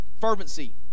Fervency